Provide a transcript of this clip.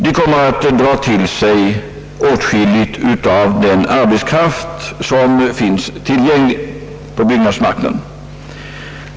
De kommer att dra till sig åtskilligt av den arbetskraft, som finns tillgänglig på byggnadsmarknaden.